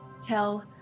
tell